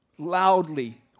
Loudly